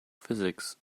physics